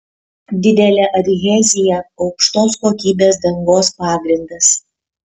didelė adhezija aukštos kokybės dangos pagrindas